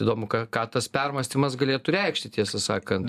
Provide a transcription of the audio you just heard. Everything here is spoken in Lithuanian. įdomu ką ką tas permąstymas galėtų reikšti tiesą sakant